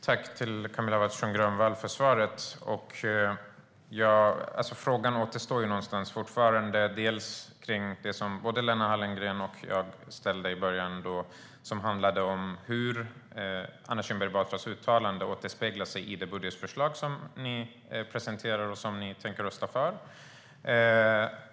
Herr talman! Jag tackar Camilla Waltersson Grönvall för svaret. Frågan återstår fortfarande. Både jag och Lena Hallengren undrade hur Anna Kinberg Batras uttalande återspeglas i det budgetförslag som ni har presenterat och som ni tänker rösta för.